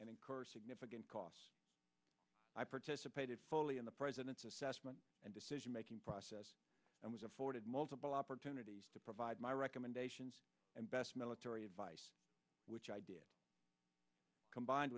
and incur significant cost i participated fully in the president's assessment and decision making process and was afforded multiple opportunities to provide my recommendations and best military advice which i did combined